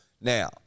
Now